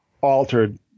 altered